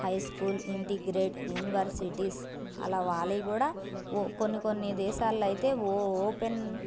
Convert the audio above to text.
high school integrated universities అలా వాలీ కూడా కొన్ని కొన్ని దేశాలలో అయితే ఓ ఓపెన్